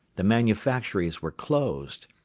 the manufactories were closed,